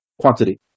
quantity